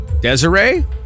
Desiree